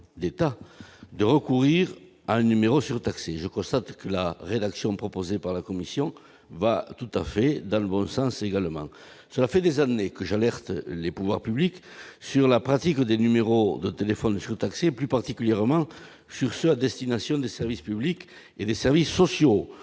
d'État, de recourir à un numéro surtaxé, je constate que la rédaction proposée par la Commission va tout à fait dans le bon sens, également, cela fait des années que j'alerte les pouvoirs publics sur la pratique des numéros de téléphone surtaxés plus particulièrement sur ceux à destination des services publics et des services sociaux